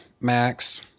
Max